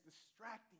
distracting